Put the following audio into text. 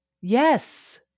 Yes